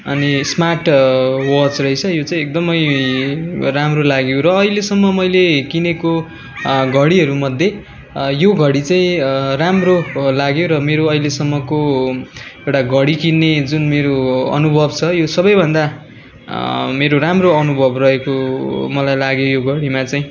अनि smart watch रहेछ यो चाहिँ एकदमै राम्रो लाग्यो र अहिलेसम्म मैले किनेको घडीहरूमध्ये यो घडी चाहिँ राम्रो लाग्यो र मेरो अहिलेसम्मको एउटा घडी किन्ने जुन मेरो अनुभव छ यो सबैभन्दा मेरो राम्रो अनुभव रहेको मलाई लाग्यो यो घडीमा चाहिँ